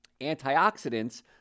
Antioxidants